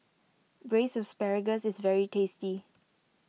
Braised Asparagus is very tasty